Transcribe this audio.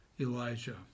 Elijah